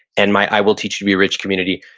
and my, i will teach you to be rich community,